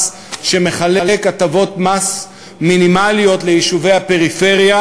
שמחלק הטבות מס מינימליות ליישובי הפריפריה,